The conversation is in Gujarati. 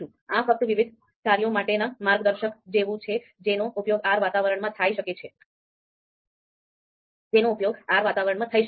આ ફક્ત વિવિધ કાર્યો માટેના માર્ગદર્શિકા જેવું છે જેનો ઉપયોગ R વાતાવરણમાં થઈ શકે છે